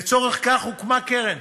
לצורך כך הוקמה קרן